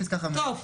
בפסקה 5. טוב,